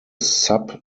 sub